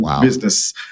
business